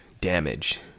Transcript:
Damage